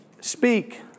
Speak